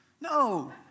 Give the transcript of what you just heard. No